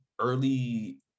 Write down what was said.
early